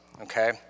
okay